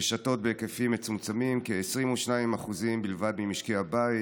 רשתות בהיקפים מצומצמים, כ-22% בלבד ממשקי הבית,